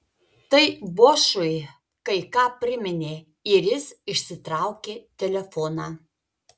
tai bošui kai ką priminė ir jis išsitraukė telefoną